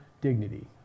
dignity